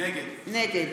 נגד